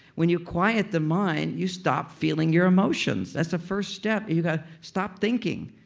when you quiet the mind, you stop feeling your emotions that's the first step. you gotta stop thinking.